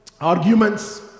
arguments